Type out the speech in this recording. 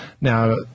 Now